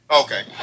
Okay